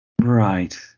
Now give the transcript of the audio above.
Right